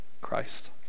Christ